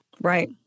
right